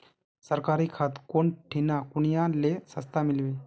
सरकारी खाद कौन ठिना कुनियाँ ले सस्ता मीलवे?